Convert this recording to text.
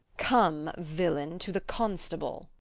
come, villain, to the constable.